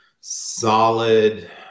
solid